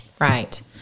right